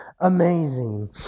amazing